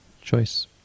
choice